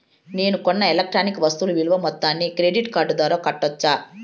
నేను కొన్న ఎలక్ట్రానిక్ వస్తువుల విలువ మొత్తాన్ని క్రెడిట్ కార్డు ద్వారా కట్టొచ్చా?